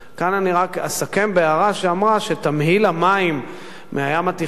כאן אני רק אסכם בהערה שאמרה שתמהיל המים מהים התיכון,